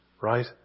right